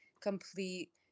complete